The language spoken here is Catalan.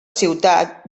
ciutat